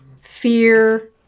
fear